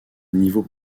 niveau